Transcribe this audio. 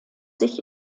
sich